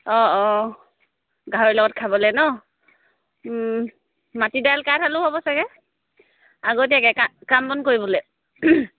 অঁ অঁ গাহৰি লগত খাবলে ন' মাটি দাইল কাঠ আলু হ'ব চাগে আগতীয়াকে কাম বন কৰিবলে